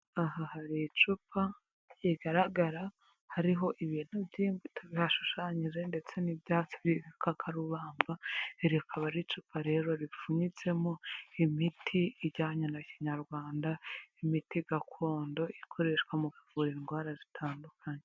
Aha hari icupa rigaragara hariho ibintu by'imbuto bihashushanyije ndetse n'ibyatsi by'ibikakarubamba iri rikaba ari icupa rero ripfunyitsemo imiti ijyanye na kinyarwanda, imiti gakondo ikoreshwa mu kuvura indwara zitandukanye.